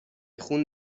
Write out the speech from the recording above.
خون